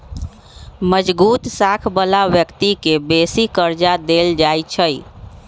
मजगुत साख बला व्यक्ति के बेशी कर्जा देल जाइ छइ